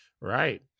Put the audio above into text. Right